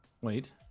wait